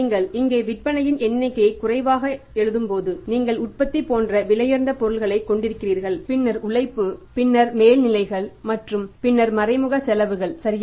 நீங்கள் இங்கே விற்பனையின் எண்ணிக்கையை குறைவாக எழுதும்போது நீங்கள் உற்பத்தி போன்ற விலையுயர்ந்த பொருளைக் கொண்டிருக்கிறீர்கள் பின்னர் உழைப்பு பின்னர் மேல்நிலைகள் மற்றும் பின்னர் மறைமுக செலவுகள் சரியா